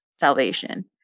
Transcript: salvation